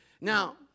Now